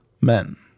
men